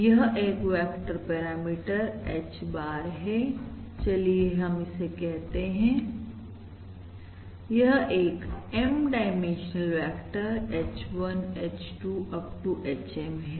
यह एक parameter vector H bar है चलिए हम इसे कहते हैं यह एक M dimensional vector H1 H2 up to HM है